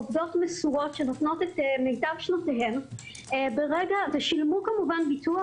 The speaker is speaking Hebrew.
עובדות מסורות שנותנות את מיטב שנותיהן ושילמו כמובן ביטוח.